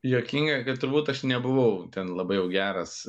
juokinga kad turbūt aš nebuvau ten labai jau geras